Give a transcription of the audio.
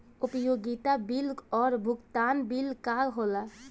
उपयोगिता बिल और भुगतान बिल का होला?